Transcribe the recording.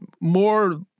more